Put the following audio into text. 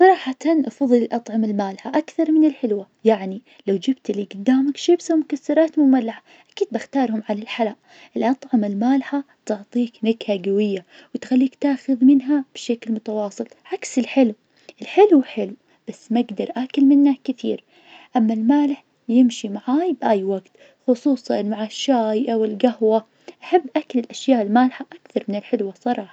بصراحة أفظل الأطعمة المالحة أكثر من الحلوة يعني لو جبت لي قدامك شيبس ومكسرات مملح أكيد بختارهم على الحلا. الأطعمة المالحة تعطيك نكهة قوية وتخليك تاخذ منها بشكل متواصل عكس الحلو الحلو حلو بس ما أقدر آكل منه كثير أما المالح يمشي معاي بأي وقت خصوصا مع الشاي أو القهوة. أحب أكل الأشياء المالحة أكثر من الحلو بصراحة.